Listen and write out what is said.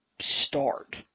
start